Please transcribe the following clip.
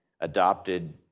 adopted